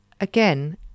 Again